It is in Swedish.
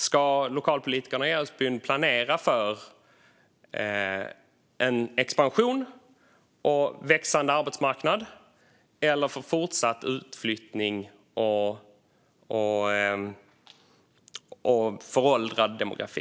Ska lokalpolitikerna i Älvsbyn planera för expansion och växande arbetsmarknad eller för fortsatt utflyttning och föråldrad demografi?